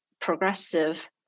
progressive